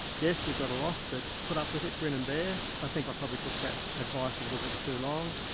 yes, you've got a loss but put up with it grin and bear. i think i probably took that advice a little bit too long.